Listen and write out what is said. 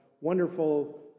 wonderful